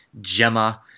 Gemma